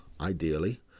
ideally